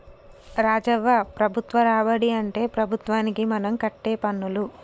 రాజవ్వ ప్రభుత్వ రాబడి అంటే ప్రభుత్వానికి మనం కట్టే పన్నులు